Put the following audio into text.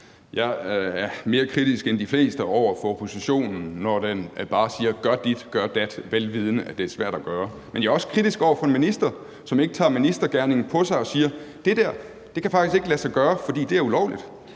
Jeg er mere kritisk end de fleste over for oppositionen, når den bare siger, at gør dit, og gør dat, vel vidende at det er svært at gøre. Men jeg er også kritisk over for en minister, som ikke tager ministergerningen på sig og siger, at det der faktisk ikke kan lade sig gøre, fordi det er ulovligt,